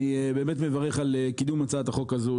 אני מברך על קידום הצעת החוק הזו.